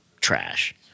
trash